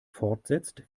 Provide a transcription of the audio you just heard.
fortsetzt